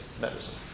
medicine